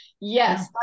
Yes